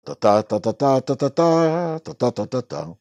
טה-טה טה-טה טה-טה טה-טה